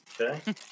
Okay